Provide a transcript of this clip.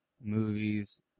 movies